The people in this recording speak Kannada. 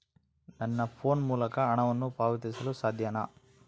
ನನ್ನ ಫೋನ್ ಮೂಲಕ ಹಣವನ್ನು ಪಾವತಿಸಲು ಸಾಧ್ಯನಾ?